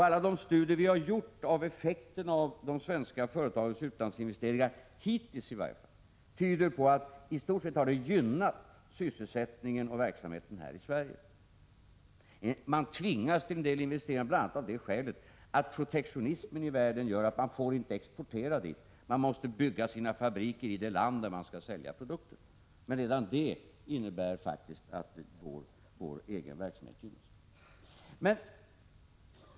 Alla de studier vi har gjort av effekterna av de svenska företagens utlandsinvesteringar tyder i varje fall hittills på att det i stort sett har gynnat sysselsättningen och verksamheten här i Sverige. Man tvingas till lägre investeringar, bl.a. av det skälet att protektionismen i världen gör att man inte får exportera, utan att man måste bygga sina fabriker i det land där man skall sälja sina produkter. Men redan det innebär faktiskt att vår egen verksamhet gynnas.